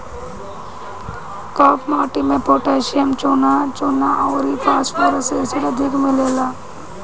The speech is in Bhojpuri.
काप माटी में पोटैशियम, चुना, चुना अउरी फास्फोरस एसिड अधिक मिलेला